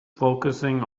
focusing